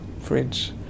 fridge